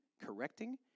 correcting